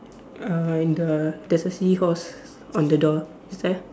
uh in the there's a seahorse on the door is there